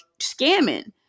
scamming